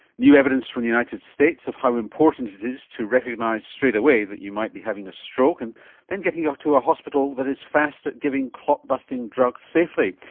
new evidence from the united states of how important it is to recognise straight away that you might be having a stroke and then getting you off to a hospital that is fast at giving clot busting drugs safely.